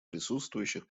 присутствующих